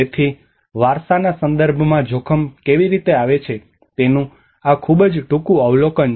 તેથી વારસાના સંદર્ભમાં જોખમ કેવી રીતે આવે છે તેનું આ ખૂબ ટૂંકું અવલોકન છે